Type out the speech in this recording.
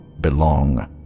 belong